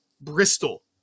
Bristol